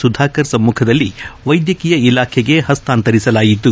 ಸುಧಾಕರ್ ಸಮ್ಮಖದಲ್ಲಿ ವೈದ್ಯಕೀಯ ಇಲಾಖೆಗೆ ಹಸಾಂತರಿಸಲಾಯಿತು